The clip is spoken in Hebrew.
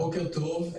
בוקר טוב.